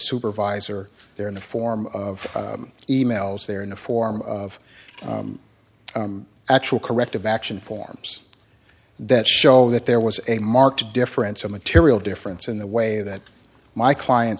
supervisor there in the form of e mails there in the form of actual corrective action forms that show that there was a marked difference a material difference in the way that my client